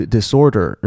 Disorder